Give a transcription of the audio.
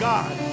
God